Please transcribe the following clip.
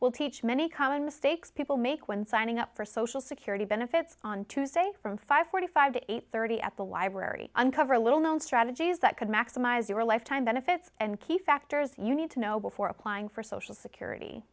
will teach many common mistakes people make when signing up for social security benefits on tuesday from five hundred and forty five to eight hundred and thirty at the library uncover little known strategies that could maximize your lifetime benefits and key factors you need to know before applying for social security